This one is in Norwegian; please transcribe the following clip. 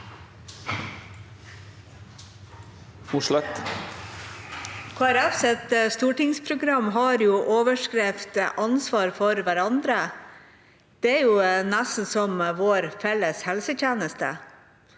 stortingsprogram har overskriften «Ansvar for hverandre». Det er nesten som vår felles helsetjeneste.